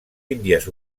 índies